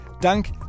dank